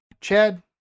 Chad